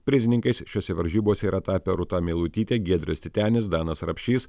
prizininkais šiose varžybose yra tapę rūta meilutytė giedrius titenis danas rapšys